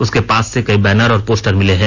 उसके पास से कई बैनर और पोस्टर मिलें हैं